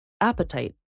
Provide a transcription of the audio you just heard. appetite